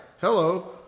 Hello